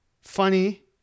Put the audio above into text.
Funny